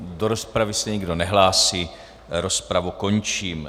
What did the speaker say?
Do rozpravy se nikdo nehlásí, rozpravu končím.